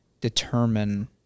determine